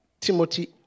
Timothy